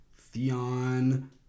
theon